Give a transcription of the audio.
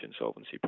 insolvency